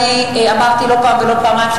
אני אמרתי לא פעם ולא פעמיים,